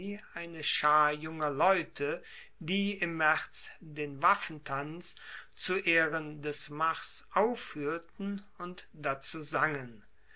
eine schar junger leute die im maerz den waffentanz zu ehren des mars auffuehrten und dazu sangen